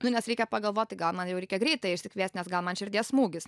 nu nes reikia pagalvoti gal man jau reikia greitąją išsikviesti nes gal man širdies smūgis